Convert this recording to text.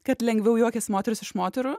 kad lengviau juokiasi moterys iš moterų